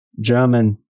German